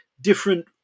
different